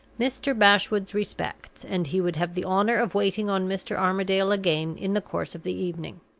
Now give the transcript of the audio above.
mr. bashwood's respects, and he would have the honor of waiting on mr. armadale again in the course of the evening.